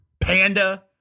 Panda